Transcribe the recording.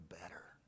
better